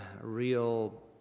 real